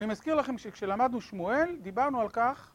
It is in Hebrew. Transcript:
אני מזכיר לכם שכשלמדנו שמואל, דיברנו על כך.